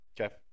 Okay